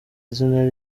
izina